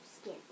skin